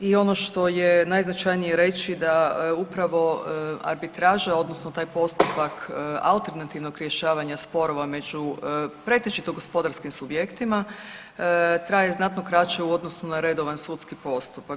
I ono što je najznačajnije reći da upravo arbitraža odnosno taj postupak alternativnog rješavanja sporova među pretežito gospodarskim subjektima traje znatno kraće u odnosu na redovan sudski postupak.